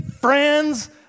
friends